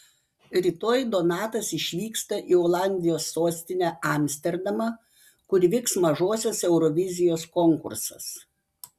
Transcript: rytoj donatas išvyksta į olandijos sostinę amsterdamą kur vyks mažosios eurovizijos konkursas